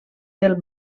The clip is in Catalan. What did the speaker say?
del